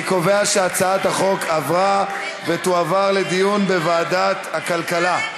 אני קובע שהצעת החוק עברה ותועבר לדיון בוועדת הכלכלה.